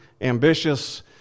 ambitious